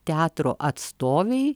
teatro atstovei